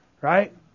right